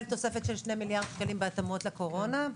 תוספת של שני מיליארד שקלים בהתאמות לקורונה?